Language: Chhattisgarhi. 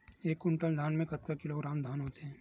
एक कुंटल धान में कतका किलोग्राम धान होथे?